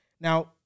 Now